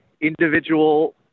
individual